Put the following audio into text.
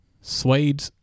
suede